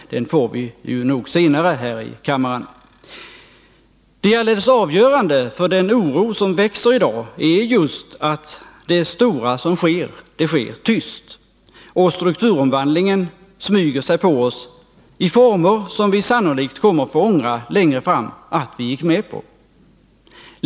Den får vi nog senare här i kammaren. Det alldeles avgörande för den oro som växer i dag är just att det stora som sker, det sker tyst, och strukturomvandlingen smyger sig på oss i former som vi sannolikt längre fram kommer att få ångra att vi gick med på.